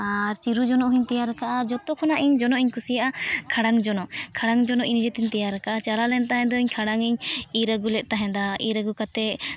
ᱟᱨ ᱪᱤᱨᱩ ᱡᱚᱱᱚᱜ ᱦᱚᱧ ᱛᱮᱭᱟᱨ ᱠᱟᱜᱼᱟ ᱡᱚᱛᱚ ᱠᱷᱚᱱᱟᱜ ᱤᱧ ᱛᱮᱭᱟᱨᱤᱧ ᱠᱩᱥᱤᱭᱟᱜᱼᱟ ᱠᱷᱟᱲᱟᱝ ᱡᱚᱱᱚᱜ ᱠᱷᱟᱲᱟᱝ ᱡᱚᱱᱚᱜ ᱱᱤᱡᱮᱛᱤᱧ ᱛᱮᱭᱟᱨ ᱠᱟᱜᱼᱟ ᱪᱟᱞᱟᱣ ᱞᱮᱱ ᱠᱷᱟᱱ ᱫᱚᱧ ᱠᱷᱟᱲᱟᱝ ᱤᱧ ᱤᱨ ᱟᱹᱜᱩ ᱛᱟᱦᱮᱸᱫᱼᱟ ᱤᱨ ᱟᱹᱜᱩ ᱠᱟᱛᱮᱫ